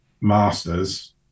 master's